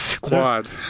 quad